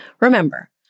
Remember